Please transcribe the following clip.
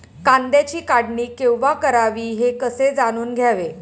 कांद्याची काढणी केव्हा करावी हे कसे जाणून घ्यावे?